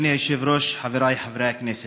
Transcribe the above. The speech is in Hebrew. אדוני היושב-ראש, חבריי חברי הכנסת,